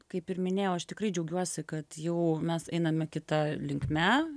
kaip ir minėjau aš tikrai džiaugiuosi kad jau mes einame kita linkme